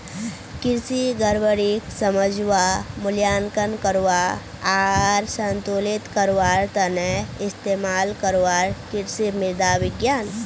कृषि गड़बड़ीक समझवा, मूल्यांकन करवा आर संतुलित करवार त न इस्तमाल करवार कृषि मृदा विज्ञान